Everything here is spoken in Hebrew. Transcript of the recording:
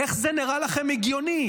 איך זה נראה לכם הגיוני?